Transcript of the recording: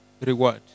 reward